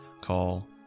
call